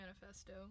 Manifesto